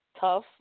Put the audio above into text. tough